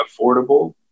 affordable